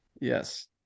Yes